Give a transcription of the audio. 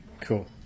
Cool